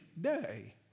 day